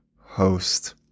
host